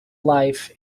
life